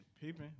peeping